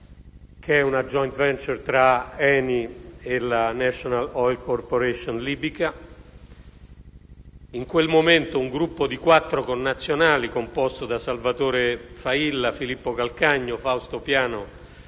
che è una *joint venture* tra ENI e la National oil corporation libica. In quel momento, un gruppo di quattro connazionali composto da Salvatore Failla, Filippo Calcagno, Fausto Piano